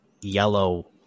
yellow